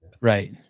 Right